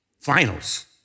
finals